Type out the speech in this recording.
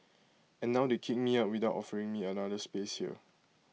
and now they kick me out without offering me another space here